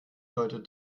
deutet